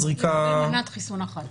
מנת חיסון אחת.